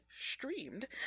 streamed